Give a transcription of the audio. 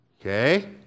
okay